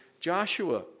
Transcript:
Joshua